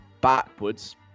backwards